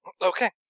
Okay